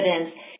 evidence